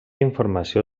informació